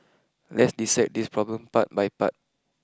lets dissect this problem part by part